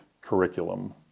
curriculum